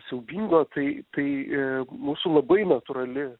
siaubingo tai tai i mūsų labai natūrali